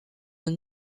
任职